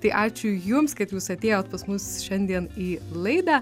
tai ačiū jums kad jūs atėjot pas mus šiandien į laidą